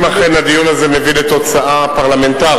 אם אכן הדיון הזה מביא לתוצאה פרלמנטרית,